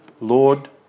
Lord